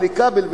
ולכבל,